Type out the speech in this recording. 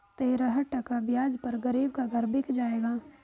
तेरह टका ब्याज पर गरीब का घर बिक जाएगा